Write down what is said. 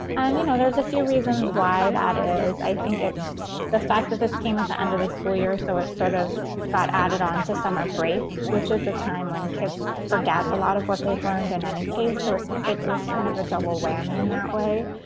and, you know, there's a few reasons why that is. i think it's the fact that this came at the end of the school year. so it sort of got added on to summer break, which is a time when kids forget a lot of what they've learned in any case. so it was kind of a double whammy in that way.